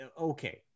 okay